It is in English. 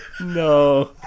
No